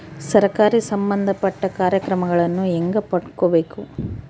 ಸರಕಾರಿ ಸಂಬಂಧಪಟ್ಟ ಕಾರ್ಯಕ್ರಮಗಳನ್ನು ಹೆಂಗ ಪಡ್ಕೊಬೇಕು?